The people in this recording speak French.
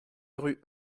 rue